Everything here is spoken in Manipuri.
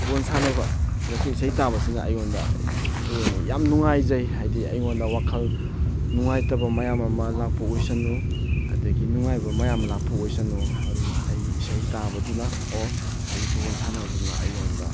ꯐꯨꯠꯕꯣꯜ ꯁꯥꯟꯅꯕ ꯑꯃꯁꯨꯡ ꯏꯁꯩ ꯇꯥꯕꯁꯤꯅ ꯑꯩꯉꯣꯟꯗ ꯀꯔꯤ ꯍꯥꯏꯅꯤ ꯌꯥꯝ ꯅꯨꯡꯉꯥꯏꯖꯩ ꯍꯥꯏꯗꯤ ꯑꯩꯉꯣꯟꯗ ꯋꯥꯈꯜ ꯅꯨꯡꯉꯥꯏꯇꯕ ꯃꯌꯥꯝ ꯑꯃ ꯂꯥꯛꯄ ꯑꯣꯏꯁꯅꯨ ꯑꯗꯒꯤ ꯅꯨꯡꯉꯥꯏꯕ ꯃꯌꯥꯝ ꯑꯃ ꯂꯥꯛꯄ ꯑꯣꯏꯁꯅꯨ ꯑꯗꯨꯅ ꯑꯩꯒꯤ ꯏꯁꯩ ꯇꯥꯕꯗꯨꯅ ꯑꯣꯔ ꯑꯩꯒꯤ ꯐꯨꯠꯕꯣꯜ ꯁꯥꯟꯅꯕꯗꯨꯅ ꯑꯩꯉꯣꯟꯗ